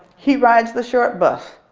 he rides the short bus.